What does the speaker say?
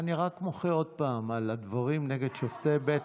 אני רק מוחה עוד פעם על הדברים נגד שופטי בית